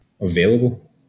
available